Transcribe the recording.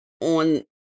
on